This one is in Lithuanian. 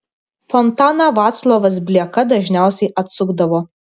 fontaną vaclovas blieka dažniausiai atsukdavo